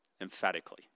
Emphatically